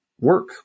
work